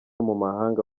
mumahanga